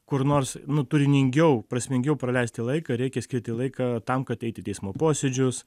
kur nors nu turiningiau prasmingiau praleisti laiką reikia skirti laiką tam kad eit į teismo posėdžius